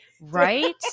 right